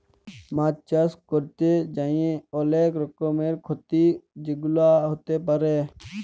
মাছ চাষ ক্যরতে যাঁয়ে অলেক রকমের খ্যতি যেগুলা হ্যতে পারে